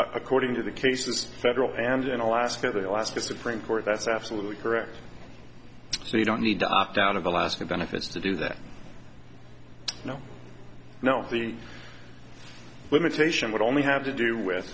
according to the case this federal and in alaska the alaska supreme court that's absolutely correct so you don't need to opt out of alaska benefits to do that no no the limitation would only have to do with